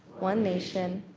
one nation,